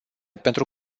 pentru